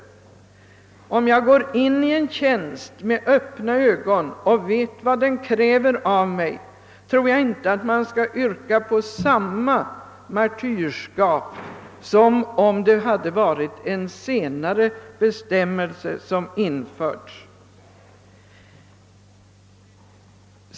Den som går in i en tjänst med öppna ögon och vet vad denna kräver, kan inte yrka på »martyrskap» på samma sätt som om bestämmelserna hade införts senare.